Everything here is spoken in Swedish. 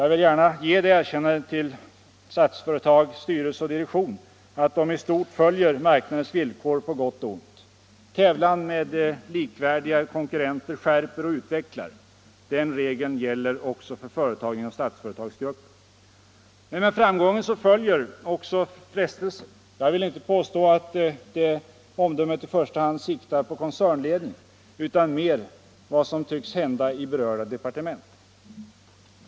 Jag vill gärna ge det erkännandet till Statsföretags styrelse och direktion att de i stort följer marknadens villkor på gott och ont. Tävlan med likvärdiga konkurrenter skärper och utvecklar. Den regeln gäller också för företagen inom Statsföretagsgruppen. Men med framgången följer också frestelser. Jag vill inte påstå att det omdömet i första hand siktar på koncernledningen utan mer på vad som tycks hända i berörda departement.